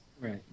Right